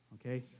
okay